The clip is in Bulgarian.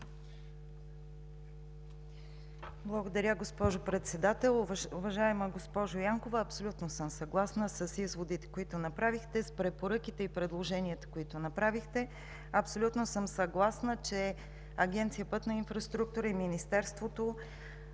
Благодаря, госпожо Председател. Уважаема госпожо Янкова, абсолютно съм съгласна с изводите, които направихте, с препоръките и предложенията Ви. Абсолютно съм съгласна, че Агенция „Пътна инфраструктура“ и Министерството